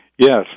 Yes